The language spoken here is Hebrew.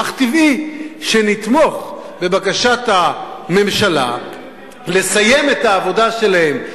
אך טבעי שנתמוך בבקשת הממשלה לסיים את העבודה שלהם,